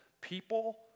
people